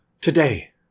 today